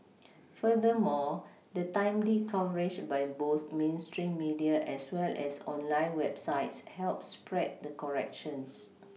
furthermore the timely coverage by both mainstream media as well as online websites help spread the corrections